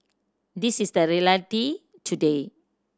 this is the reality today